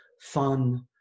fun